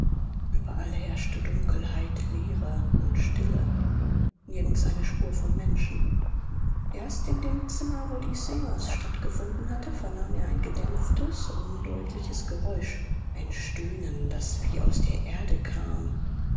überall herrschte dunkelheit leere und stille nirgends eine spur von menschen erst in dem zimmer wo die seance stattgefunden hatte vernahm er ein gedämpftes undeutliches geräusch ein stöhnen das wie aus der erde kam